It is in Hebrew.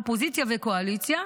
אופוזיציה וקואליציה,